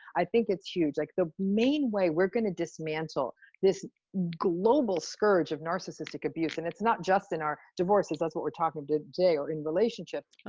i think it's huge. like the main way we're going to dismantle this global scourge of narcissistic abuse, and it's not just in our divorces, that's what we're talking to today, or in relationships,